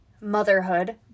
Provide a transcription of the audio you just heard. motherhood